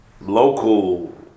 local